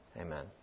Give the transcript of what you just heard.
Amen